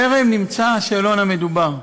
טרם נמצא השאלון המדובר.